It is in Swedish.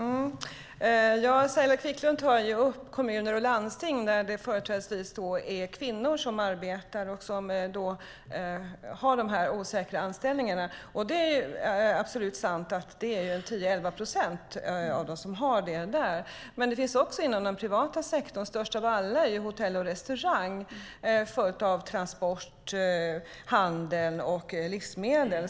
Herr talman! Saila Quicklund talar om kommuner och landsting där det företrädesvis är kvinnor som arbetar och har de osäkra anställningarna. Det är sant att 10-11 procent av dem har det. Det förekommer också inom den privata sektorn, framför allt inom hotell och restaurangbranschen följt av transport, handel och livsmedel.